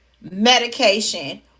medication